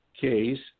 case